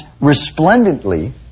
resplendently